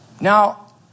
Now